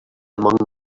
among